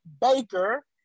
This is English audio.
Baker